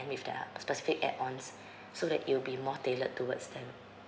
with their specific add ons so that it'll be more tailored towards them